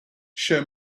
show